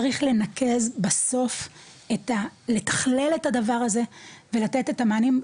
צריך לנקז בסוף לתכלל את הדבר הזה ולתת את המענים,